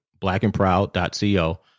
blackandproud.co